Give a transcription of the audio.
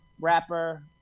rapper